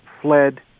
fled